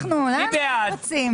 מי בעד?